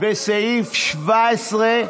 וסעיף 17,